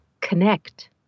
connect